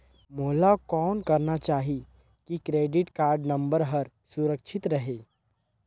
मोला कौन करना चाही की क्रेडिट कारड नम्बर हर सुरक्षित रहे?